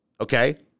okay